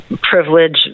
privilege